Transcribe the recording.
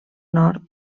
nord